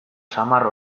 samar